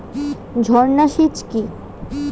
ঝর্না সেচ কি?